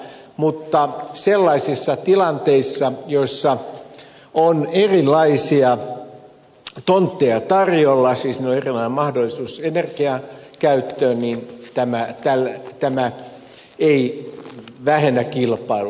mutta sellaisissa tilanteissa joissa on erilaisia tontteja tarjolla siis on erilaisia mahdollisuuksia energiankäyttöön tämä ei vähennä kilpailua